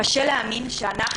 קשה להאמין שאנחנו